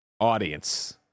audience